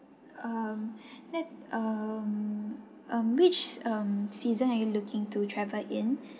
um that um um which um season are you looking to travel in